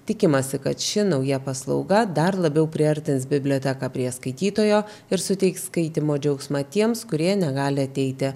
tikimasi kad ši nauja paslauga dar labiau priartins biblioteką prie skaitytojo ir suteiks skaitymo džiaugsmą tiems kurie negali ateiti